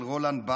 של רולאן בארת,